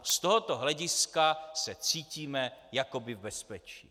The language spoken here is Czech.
Z tohoto hlediska se cítíme jakoby v bezpečí.